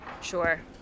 Sure